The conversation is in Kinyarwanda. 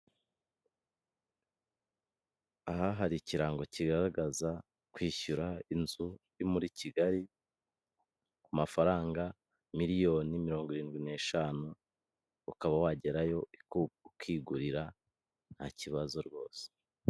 Aha hari ikirango kigaragaza kwishyura inzu yo muri Kigali ku mafaranga miliyoni mirongo irindwi n'eshanu ukaba wagerayo ukigurira nta kibazo rwose.